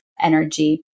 energy